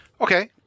Okay